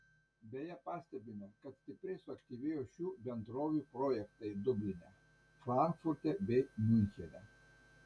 beje pastebime kad stipriai suaktyvėjo šių bendrovių projektai dubline frankfurte bei miunchene